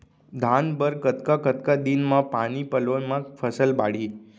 धान बर कतका कतका दिन म पानी पलोय म फसल बाड़ही?